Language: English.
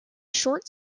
short